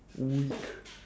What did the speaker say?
weak